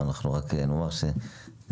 לפסקה (5),